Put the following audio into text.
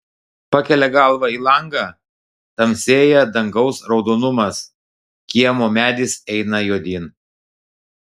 pakelia galvą į langą tamsėja dangaus raudonumas kiemo medis eina juodyn